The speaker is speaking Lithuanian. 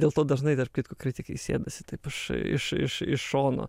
dėl to dažnai tarp kitko kritikai sėdasi taip iš iš iš iš šono